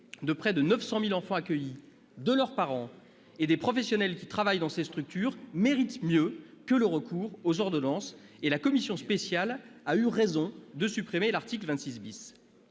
de près de 900 000 enfants accueillis, de leurs parents et des professionnels qui travaillent dans ces structures mérite mieux que le recours aux ordonnances, et la commission spéciale a eu raison de supprimer l'article 26 .